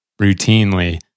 routinely